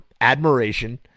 admiration